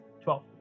Twelve